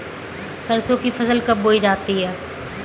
सरसों की फसल कब बोई जाती है?